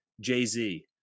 Jay-Z